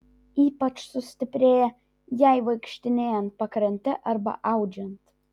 ypač sustiprėja jai vaikštinėjant pakrante arba audžiant